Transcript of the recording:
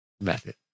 method